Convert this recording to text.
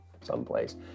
someplace